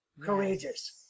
courageous